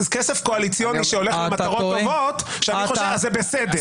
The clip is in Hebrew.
כסף קואליציוני שהולך למטרות טובות זה בסדר.